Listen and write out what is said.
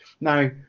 Now